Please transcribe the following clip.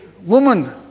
Woman